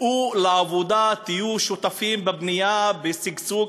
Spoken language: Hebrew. צאו לעבודה, תהיו שותפים בבנייה, בשגשוג.